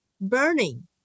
burning